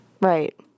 Right